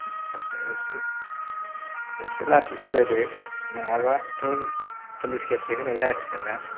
एसे लासै सालायदो नङाबाथ' पुलिस केससो होनाय जासिगोन ना